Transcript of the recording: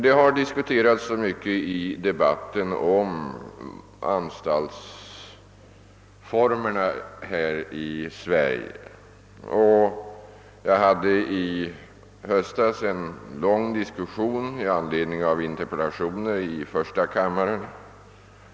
Det har diskuterats så mycket i debatten om anstaltsformerna i Sverige, och i höstas deltog jag i en lång diskussion i anledning av interpellationer i första kammaren.